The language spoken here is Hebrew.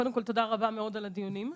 קודם כל תודה רבה מאוד על הדיונים.